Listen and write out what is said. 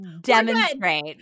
demonstrate